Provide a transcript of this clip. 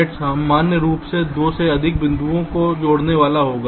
net सामान्य रूप से 2 से अधिक बिंदुओं को जोड़ने वाला होगा